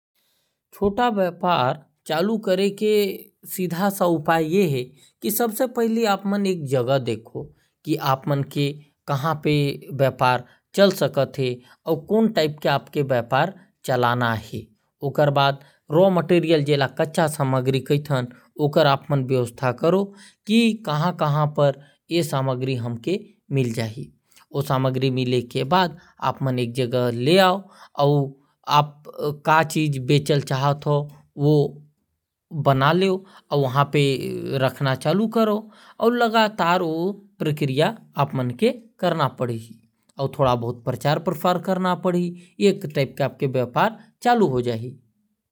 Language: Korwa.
छोटा व्यापार चालू करे के सीधा स उपाय ये है कि पहले देखना है कि व्यापार हर कौन कौन सा जगह में चल सकत है। और रॉ मटेरियल के जुगाड करना है कि हमके सामग्री कहा कहा मिल जाहि और सब समान ल एक जगह ला कर व्यवस्था बना के व्यापार चालू करना है। और थोड़ा सा प्रचार प्रसार करना पढ़ी फिर आप के व्यापार चालू हो जाहि।